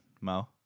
Mo